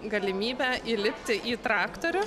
galimybę įlipti į traktorių